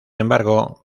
embargo